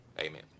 Amen